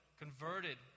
converted